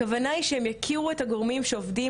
הכוונה היא שהם יכירו את הגורמים שעובדים